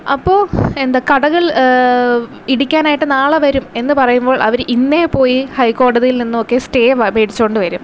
അപ്പോൾ എന്താ കടകൾ ഇടിക്കാനായിട്ട് നാളെ വരും എന്ന് പറയുമ്പോൾ അവർ ഇന്നേ പോയി ഹൈക്കോടതിയിൽ നിന്നൊക്കെ സ്റ്റേ വ് മേടിച്ചു കൊണ്ടുവരും